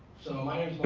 so my